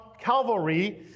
Calvary